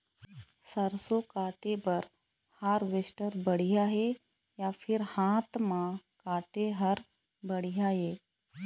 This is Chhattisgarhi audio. सरसों काटे बर हारवेस्टर बढ़िया हे या फिर हाथ म काटे हर बढ़िया ये?